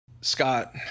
Scott